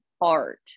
art